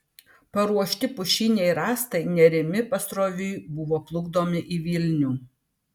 paruošti pušiniai rąstai nerimi pasroviui buvo plukdomi į vilnių